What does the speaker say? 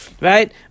Right